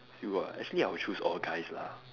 you ah actually I would choose all guys lah